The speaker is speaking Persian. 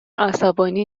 عصبانی